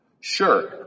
Sure